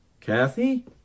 Kathy